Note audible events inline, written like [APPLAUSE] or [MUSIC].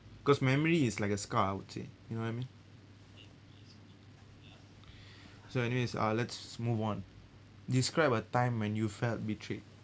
because memory is like a scar I would say you know what I mean [BREATH] so anyways ah let's move on describe a time when you felt betrayed